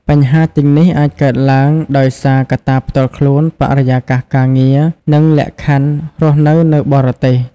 បញ្ហាទាំងនេះអាចកើតឡើងដោយសារកត្តាផ្ទាល់ខ្លួន បរិយាកាសការងារ និងលក្ខខណ្ឌរស់នៅនៅបរទេស ។